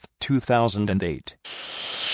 2008